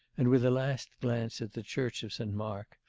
and, with a last glance at the church of st. mark,